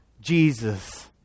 Jesus